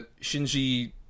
Shinji